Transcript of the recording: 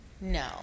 No